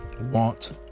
want